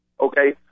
okay